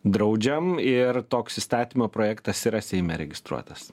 draudžiam ir toks įstatymo projektas yra seime registruotas